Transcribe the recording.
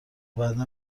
بعدا